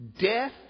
death